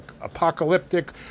apocalyptic